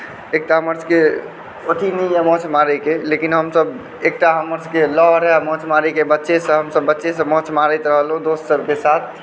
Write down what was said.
एक तऽ हमरा सभकेँ एथी नहि यऽ माछ मारैके लेकिन हम सभ एकटा हमर सभकेँ लए रहै माछ मारैके बच्चेसँ हमसभ बच्चेसँ माछ मारैत एलहुँ दोस्त सभकेँ साथ